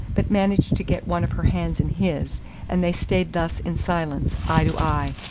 but managed to get one of her hands in his and they stayed thus in silence, eye to eye.